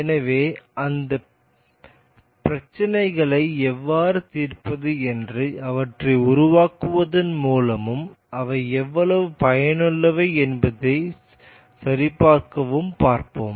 எனவே அந்த பிரச்சினைகளை எவ்வாறு தீர்ப்பது என்று அவற்றை உருவாக்குவதன் மூலமும் அவை எவ்வளவு பயனுள்ளவை என்பதை சரிபார்க்கவும் பார்ப்போம்